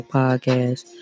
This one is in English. podcast